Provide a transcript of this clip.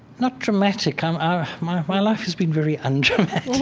not dramatic. um ah my my life has been very un-dramatic